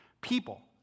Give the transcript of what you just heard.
people